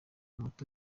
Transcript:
muto